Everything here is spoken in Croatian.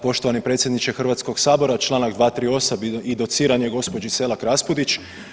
Poštovani predsjedniče Hrvatskog sabora članak 238. i dociranje gospođi Selak-Raspudić.